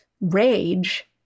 rage